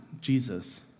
Jesus